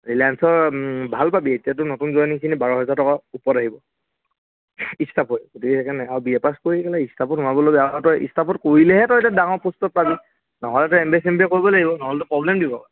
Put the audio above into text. ৰিলায়েসৰ ভাল পাবি এতিয়াতো নতুন জইনিংখিনি বাৰ হোজাৰ টকা ওপৰত আহিব ইষ্টাফে গতিক সেইকাৰণে আৰু বি এ পাছ কৰি পেলে ইষ্টাফত সেৱাবোলৈ বেয়া আৰু দেই ইষ্টাফত কৰিলেহে তই এতিয়া ডাঙৰ পোষ্টটােত পাবি নহ'লেতো এম বি এ চেম বি এ কৰিব লাগিব নহ'লেটো প্ৰব্লেম দিব